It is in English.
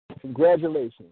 Congratulations